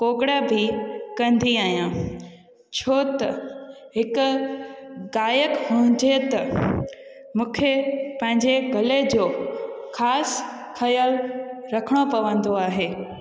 कोगणा बि कंदी आहियां छो त हिकु गायक हुंजे त मूंखे पंहिंजे गले जो ख़ासि ख़्यालु रखिणो पवंदो आहे